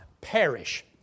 perish